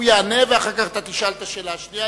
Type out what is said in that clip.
הוא יענה ואחר כך אתה תשאל את השאלה השנייה,